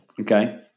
Okay